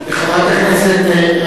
חברת הכנסת,